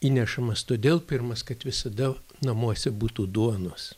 įnešamas todėl pirmas kad visada namuose būtų duonos